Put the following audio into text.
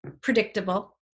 predictable